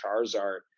Charizard